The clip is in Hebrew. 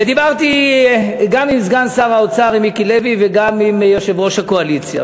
ודיברתי גם עם סגן שר האוצר מיקי לוי וגם עם יושב-ראש הקואליציה,